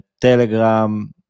Telegram